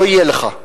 לא יהיה לך.